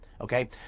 Okay